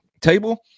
table